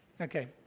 Okay